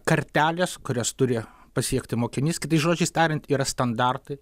kartelės kurias turi pasiekti mokinys kitais žodžiais tariant yra standartai